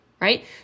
Right